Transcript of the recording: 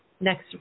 Next